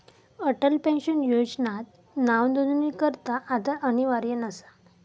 Atal pension योजनात नावनोंदणीकरता आधार अनिवार्य नसा